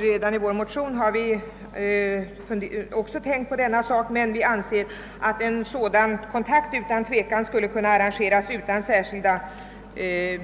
Redan i vår motion har vi också tänkt på denna sak, men vi anser att en sådan kontakt utan tvekan skulle kunna arrangeras utan särskilda